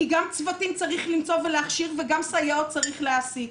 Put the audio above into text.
כי גם צוותים צריכים למצוא ולהכשיר וגם סייעות צריך להעסיק.